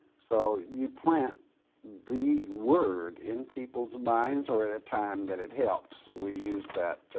so you plant the word in people's minds or at a time that it helps. we use that